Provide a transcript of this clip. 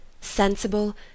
Sensible